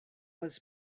was